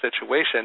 situation